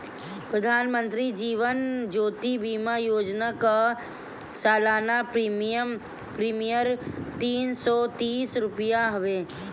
प्रधानमंत्री जीवन ज्योति बीमा योजना कअ सलाना प्रीमियर तीन सौ तीस रुपिया हवे